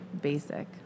basic